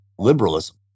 liberalism